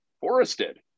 forested